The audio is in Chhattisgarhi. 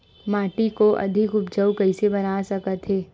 माटी को अधिक उपजाऊ कइसे बना सकत हे?